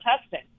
testing